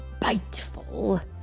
biteful